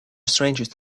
strangest